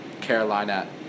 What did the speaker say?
Carolina